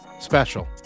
special